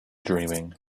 dreaming